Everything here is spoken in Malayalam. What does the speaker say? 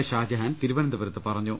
ഷാജഹാൻ തിരുവനന്തപുരത്ത് പറഞ്ഞു